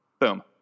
Boom